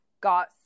got